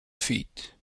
feet